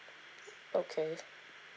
okay